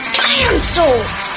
cancelled